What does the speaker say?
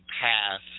path